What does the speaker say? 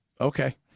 Okay